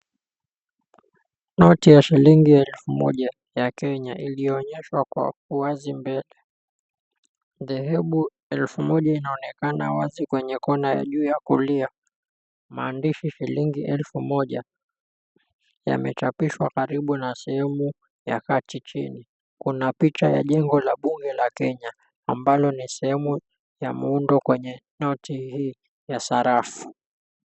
Noti ya shilingi elfu moja ya Kenya iliyonyeshwa kwa wazi mbele. Dhehebu elfu moja inaonekana juu kwenye kona ya juu ya kulia. Maandishi shilingi elfu moja yamechapishwa karibu na sehemu ya kati chini. Kuna picha ya jengo la bunge la Kenya ambalo ni sehemu la muundo kwenye noti hii ya sarafu.